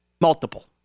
Multiple